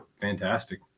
fantastic